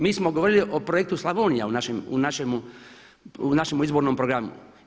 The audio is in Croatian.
Mi smo govorili o projektu Slavonija u našem izbornom programu.